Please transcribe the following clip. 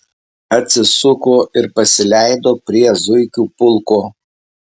atsisuko ir pasileido prie zuikių pulko